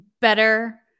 better